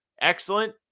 Excellent